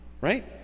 Right